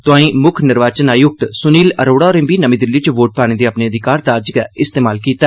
तोआंई मुक्ख निर्वाचन आयुक्त सुनील अरोड़ा होरें बी नमीं दिल्ली च वोट पाने दे अपने अधिकार दा इस्तमाल कीता